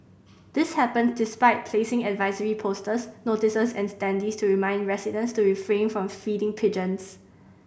this happen despite placing advisory posters notices and standees to remind residents to refrain from feeding pigeons